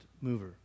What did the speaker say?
mover